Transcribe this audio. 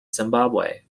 zimbabwe